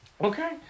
okay